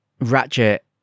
Ratchet